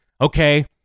okay